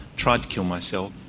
tried to kill myself,